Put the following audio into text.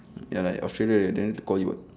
ya lah australia then to call you [what]